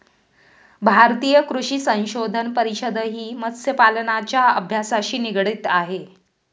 भारतीय कृषी संशोधन परिषदही मत्स्यपालनाच्या अभ्यासाशी निगडित आहे